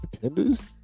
contenders